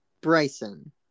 Bryson